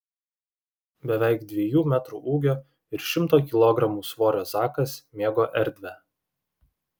beveik dviejų metrų ūgio ir šimto kilogramų svorio zakas mėgo erdvę